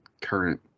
current